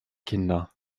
kinder